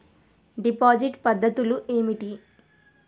Deposit పద్ధతులు ఏమిటి?